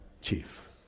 chief